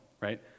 right